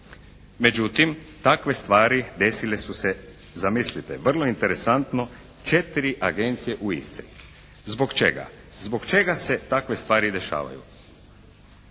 Međutim takve stvari desile su se zamislite vrlo interesantno 4 agencije u Istri. Zbog čega? Zbog čega se takve stvari dešavaju?